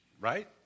right